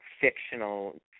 fictional